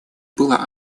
была